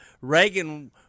Reagan